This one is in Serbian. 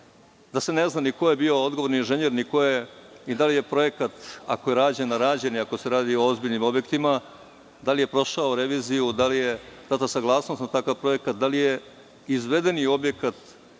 da se ne zna ni ko je bio odgovorni inženjer, ni da li je projekat, ako je rađen, a rađen je ako se radi o ozbiljnim objektima, da li je prošao reviziju, da li je data saglasnost na takav projekat, da li je izvedeni objekat